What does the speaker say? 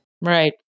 Right